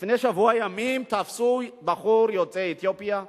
לפני שבוע ימים תפסו בחור יוצא אתיופיה בגדרה.